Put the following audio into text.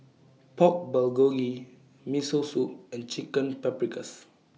Pork Bulgogi Miso Soup and Chicken Paprikas